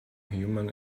human